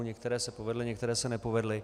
Některé se povedly, některé se nepovedly.